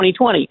2020